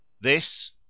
This